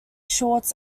shorts